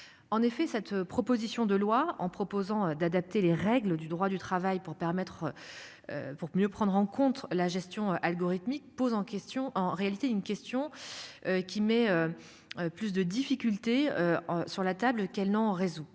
En effet, cette proposition de loi en proposant d'adapter les règles du droit du travail pour permettre. Pour mieux prendre en compte la gestion algorithmique pose en question en réalité d'une question. Qui met. Plus de difficultés. Sur la table qu'elle n'en résout.